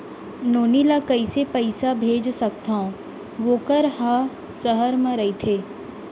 नोनी ल कइसे पइसा भेज सकथव वोकर ह सहर म रइथे?